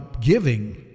giving